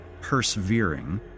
persevering